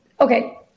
okay